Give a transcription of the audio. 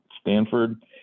Stanford